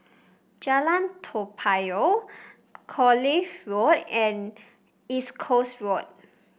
Jalan Toa Payoh Kloof Road and East Coast Road